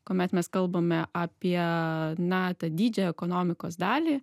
kuomet mes kalbame apie na tą didžiąją ekonomikos dalį